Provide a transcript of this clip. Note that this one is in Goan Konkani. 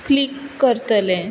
क्लीक करतलें